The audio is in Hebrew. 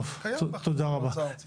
טוב, תודה רבה.